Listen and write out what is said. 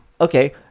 Okay